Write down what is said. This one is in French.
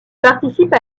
participe